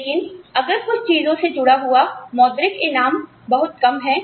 लेकिन अगर कुछ चीजों से जुड़ा हुआ मौद्रिक इनाम बहुत कम है